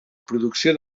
producció